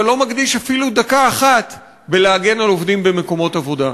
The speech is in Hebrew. אבל לא מקדיש אפילו דקה אחת להגנה על עובדים במקומות עבודה.